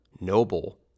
noble